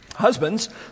Husbands